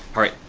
all right!